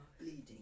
bleeding